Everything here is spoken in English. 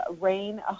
rain